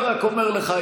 אני רק אומר לך,